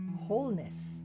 wholeness